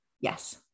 yes